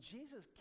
Jesus